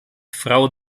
frau